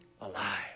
alive